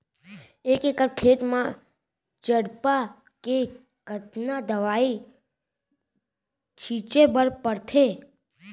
एक एकड़ खेत म चरपा के कतना दवई छिंचे बर पड़थे?